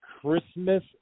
Christmas